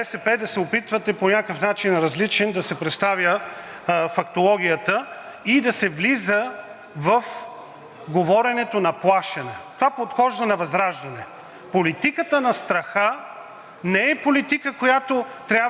говоренето на плашене. Това подхожда на ВЪЗРАЖДАНЕ. Политиката на страха не е политика, която трябва в този парламент да работим върху нея. Трябва да работим върху политики за българските граждани. Не може страхът да е политика.